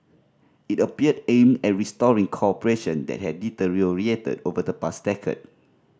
it appeared aimed at restoring cooperation that had deteriorated over the past decade